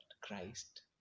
Christ